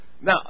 Now